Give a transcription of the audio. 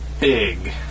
big